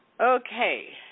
Okay